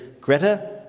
Greta